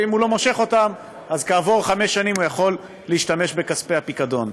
ואם הוא לא מושך אותם אז כעבור חמש שנים הוא יכול להשתמש בכספי הפיקדון.